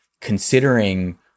considering